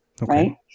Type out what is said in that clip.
right